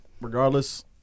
regardless